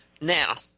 now